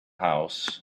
house